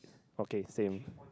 okay same